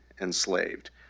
enslaved